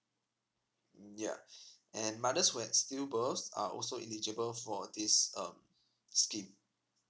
ya and mothers who have still births are also eligible for this uh scheme